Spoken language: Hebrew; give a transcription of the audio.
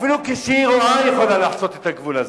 אפילו כשהיא רואה היא יכולה לחצות את הגבול הזה.